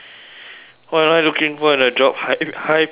what am I looking for in a job high high pay